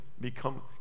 become